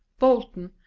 bolton,